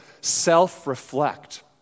self-reflect